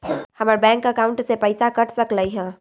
हमर bank account से पैसा कट सकलइ ह?